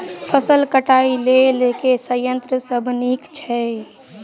फसल कटाई लेल केँ संयंत्र सब नीक छै?